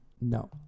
No